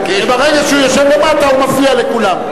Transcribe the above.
ברגע שהוא יורד למטה הוא מפריע לכולם.